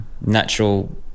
natural